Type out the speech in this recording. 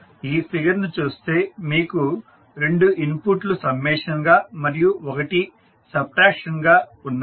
మీరు ఈ ఫిగర్ ను చూస్తే మీకు రెండు ఇన్పుట్లు సమ్మేషన్గా మరియు ఒకటి సబ్ట్రాక్షన్ గా ఉన్నది